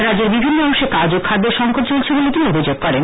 রাজ্যের বিভিন্ন অংশে কাজ ও খাদ্যের সংকট চলছে বলে তিনি অভিযোগ করেন